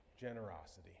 generosity